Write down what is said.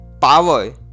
power